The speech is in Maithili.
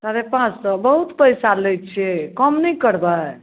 साढ़े पाँच सए बहुत पैसा लय छियै कम नहि करबै